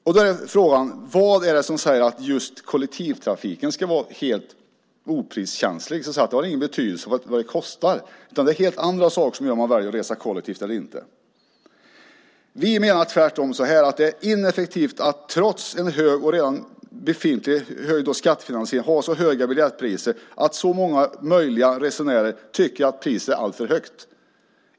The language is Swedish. Frågan är då: Vad är det som säger att just kollektivtrafiken ska vara prismässigt helt okänslig - alltså att det inte har någon betydelse vad det kostar utan att det är helt andra saker som gör att man väljer att resa kollektivt eller inte? Vi menar att det tvärtom är ineffektivt att vid sidan av en redan befintlig hög skattefinansiering ha så höga biljettpriser att så många möjliga resenärer tycker att priset är alltför högt.